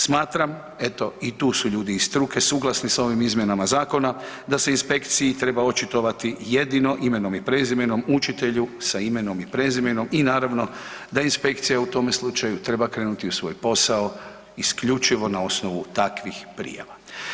Smatram eto i tu su ljudi iz struke suglasni sa ovim izmjenama zakona, da se inspekciji treba očitovati jedino imenom i prezimenom učitelju sa imenom i prezimenom i naravno da inspekcija u tome slučaju treba krenuti u svoj posao isključivo na osnovu takvih prijava.